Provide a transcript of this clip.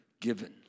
given